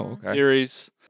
series